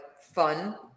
fun